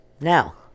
Now